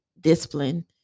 discipline